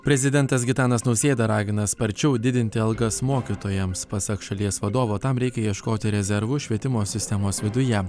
prezidentas gitanas nausėda ragina sparčiau didinti algas mokytojams pasak šalies vadovo tam reikia ieškoti rezervų švietimo sistemos viduje